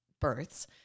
births